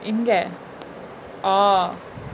எங்க:enga orh